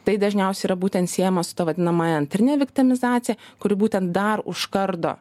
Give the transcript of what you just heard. tai dažniausia yra būtent siejama su ta vadinamąja antrine viktanizacija kuri būtent dar užkardo